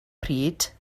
pryd